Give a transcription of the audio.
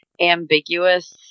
ambiguous